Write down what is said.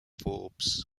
forbes